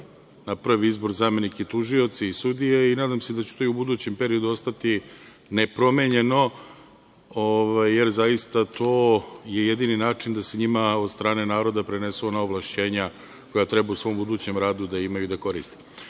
na prvi izbor zamenike, tužioce i sudije i nadam se da će to i u budućem periodu ostati nepromenjeno, jer to je jedini način da se njima od strane naroda prenesu ona ovlašćenja koja treba u svom budućem radu da imaju i da koriste. Ono